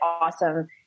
awesome